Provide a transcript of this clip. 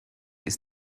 ist